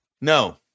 No